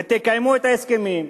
ותקיימו את ההסכמים.